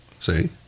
See